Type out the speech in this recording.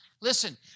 Listen